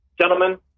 Gentlemen